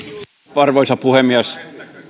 arvoisa puhemies